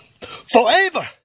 forever